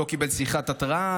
לא קיבל שיחת התראה,